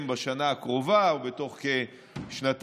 בשנה הקרובה או בתוך שנתיים-שלוש.